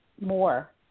more